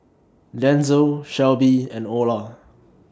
Denzel Shelbie and Olar